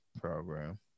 program